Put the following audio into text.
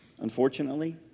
Unfortunately